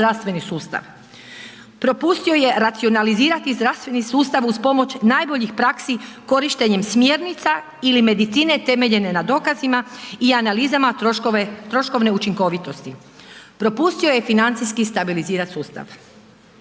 zdravstveni sustav. Propustio je racionalizirati zdravstveni sustav uz pomoć najboljih praksi korištenjem smjernica ili medicine temeljene na dokazima i analizama troškovne učinkovitosti. Propustio je financijski stabilizirati sustav.